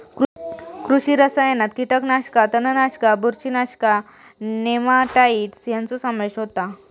कृषी रसायनात कीटकनाशका, तणनाशका, बुरशीनाशका, नेमाटाइड्स ह्यांचो समावेश होता